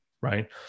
right